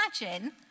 imagine